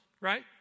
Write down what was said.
right